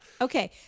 Okay